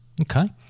Okay